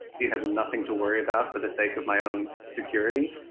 you have nothing to worry about for the sake of my own security.